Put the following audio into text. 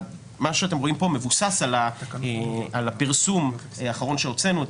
מה שאתם רואים פה מבוסס על הפרסום האחרון שהוצאנו,